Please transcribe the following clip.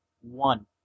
one